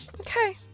Okay